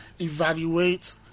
evaluate